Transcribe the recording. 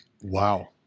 Wow